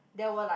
they were like